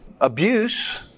abuse